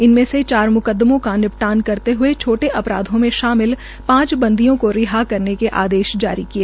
इनमे से चार मुकदमों का निपटान करते हये छोटे अपराधों में शामिल पांच बंदियों को रिहा करने के आदेश जारी किए